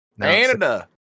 Canada